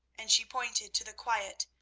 and she pointed to the quiet,